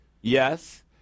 Yes